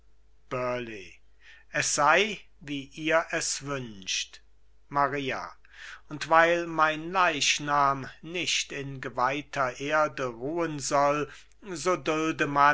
es sei wie ihr es wünscht maria und weil mein leichnam nicht in geweihter erde ruhen soll so dulde